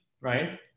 right